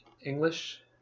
English